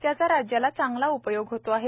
त्याचा राज्याला चांगला उपयोग होत आहे